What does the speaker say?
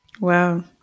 Wow